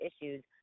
issues